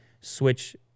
switch